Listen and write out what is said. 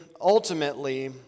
ultimately